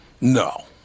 No